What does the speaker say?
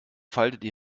faltete